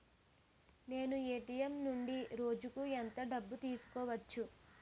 నేను ఎ.టి.ఎం నుండి రోజుకు ఎంత డబ్బు తీసుకోవచ్చు?